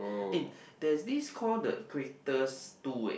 eh there's this called the equators two eh